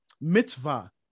mitzvah